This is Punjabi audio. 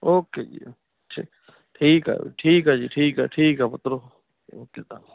ਓਕੇ ਠੀਕ ਹੈ ਠੀਕ ਆ ਜੀ ਠੀਕ ਆ ਠੀਕ ਆ ਪੁੱਤਰੋ